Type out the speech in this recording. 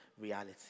reality